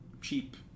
cheap